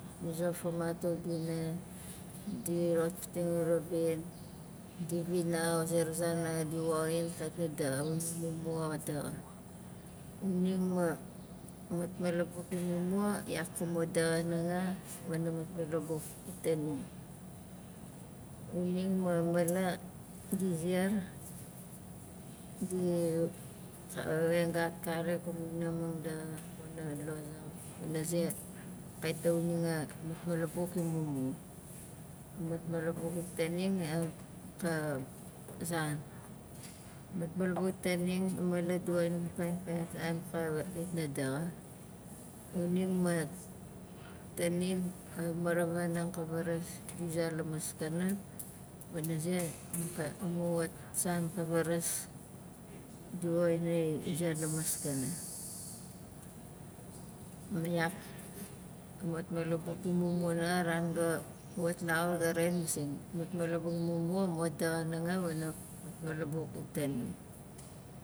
Di zofamat a ubina, di rotfating a uravin, di vinau a zera zan nanga di woxin kait na daxa xuning mumua xa daxa xuning ma, matmalabuk imumua yak ka mo daxa nanga wana matmalabuk itaning xuning ma, mala di ziar di wen gat xarik amu wana lozang wana ze kait a xuning a matmalabuk imumua a matmalabuk itaning ka zan matmalabuk itaning a mala di woxin amu kain kain san kawit na daxa xuning ma, taning a maravanang ka varas ka uza la maskana wana ze amu wat san ka varas di woxinang uza la maskana ma yak a matmalabuk imumua nanga a ran ga wat laxur ma ga rain masing matmalabuk imumua mo daxa hanga wana matmalabuk itaning